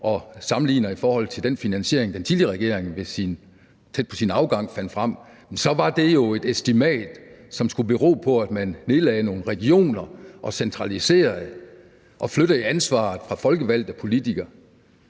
regering og med den finansiering, den tidligere regering tæt på sin afgang fandt frem, så var det jo et estimat, som skulle bero på, at man nedlagde nogle regioner og centraliserede og flyttede ansvaret fra folkevalgte politikere,